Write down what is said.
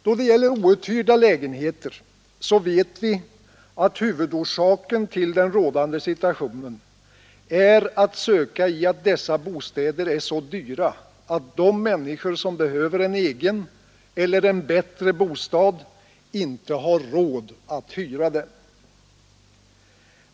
Då det gäller outhyrda lägenheter så vet vi att huvudorsaken till den rådande situationen är att söka i att dessa bostäder är så dyra, att de människor som behöver en egen eller en bättre bostad inte har råd att hyra den.